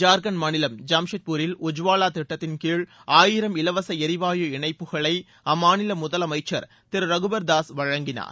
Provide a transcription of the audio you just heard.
ஜார்க்கண்ட் மாநிலம் ஜாம்ஷெட்பூரில் உஜ்வாலா திட்டத்தின்கிழ் ஆயிரம் இலவச எரிவாயு இணைப்புகளை அம்மாநில முதலமைச்சர் திரு ரகுபர் தாஸ் வழங்கினார்